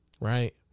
right